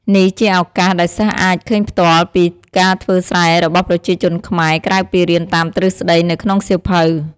នេះជាឱកាសដែលសិស្សអាចឃើញផ្ទាល់ពីការធ្វើស្រែរបស់ប្រជាជនខ្មែរ ក្រៅពីរៀនតាមទ្រឹស្តីនៅក្នុងសៀវភៅ។